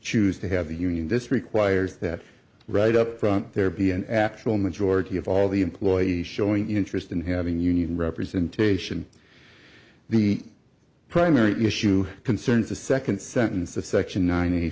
choose to have a union this requires that right up front there be an actual majority of all the employees showing interest in having union representation the primary issue concerns the second sentence of section ninety